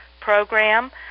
program